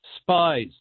spies